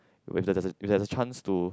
when there's a when there's a chance to